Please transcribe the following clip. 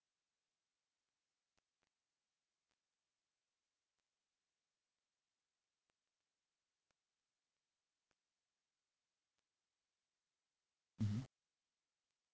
mmhmm